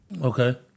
Okay